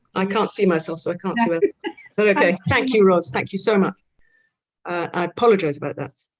i can't see myself so i can't but okay thank you ros thank you so much i apologize about that